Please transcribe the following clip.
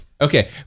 Okay